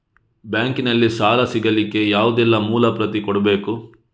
Bank ನಲ್ಲಿ ಸಾಲ ಸಿಗಲಿಕ್ಕೆ ಯಾವುದೆಲ್ಲ ಮೂಲ ಪ್ರತಿ ಕೊಡಬೇಕು?